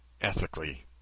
ethically